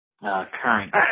current